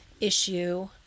issue